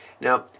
Now